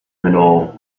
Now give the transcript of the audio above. middle